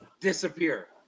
disappear